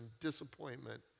disappointment